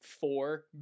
four